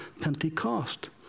pentecost